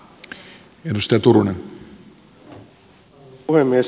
arvoisa puhemies